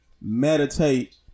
meditate